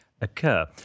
occur